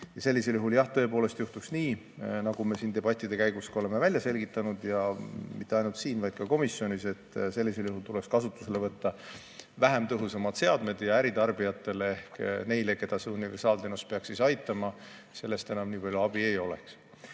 Sellisel juhul tõepoolest juhtuks nii, nagu me siin debattide käigus oleme välja selgitanud – ja mitte ainult siin, vaid ka komisjonis –, et tuleks kasutusele võtta vähem tõhusad seadmed ja äritarbijatele ehk neile, keda see universaalteenus peaks aitama, sellest enam nii palju abi ei oleks.